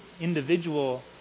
individual